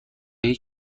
هیچ